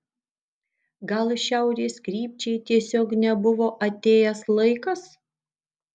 gal šiaurės krypčiai tiesiog nebuvo atėjęs laikas